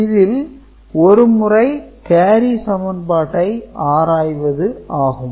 இதில் ஒரு முறை கேரி சமன்பாட்டை ஆராய்வது ஆகும்